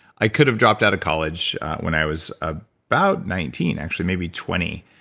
i could have dropped out of college when i was ah about nineteen, actually, maybe twenty.